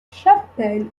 chapelle